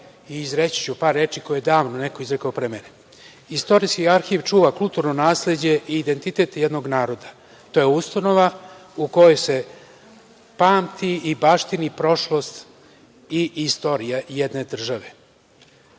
i izreći ću par reči koje je davno neko izrekao pre mene. Istorijski arhiv čuva nasleđe i identitet jednog naroda, a to je ustanova koja se pamti i baštini prošlost i istorija jedne države. To